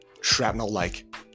shrapnel-like